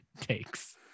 takes